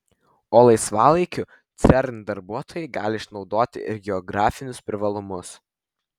o laisvalaikiu cern darbuotojai gali išnaudoti ir geografinius privalumus